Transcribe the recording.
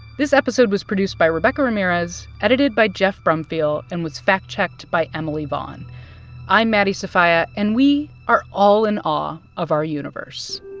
this episode was produced by rebecca ramirez, edited by geoff brumfiel and was fact-checked by emily vaughn i'm maddie sofia, and we are all in awe of our universe.